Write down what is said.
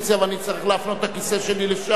ואני אצטרך להפנות את הכיסא שלי לשם.